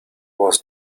was